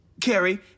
Carrie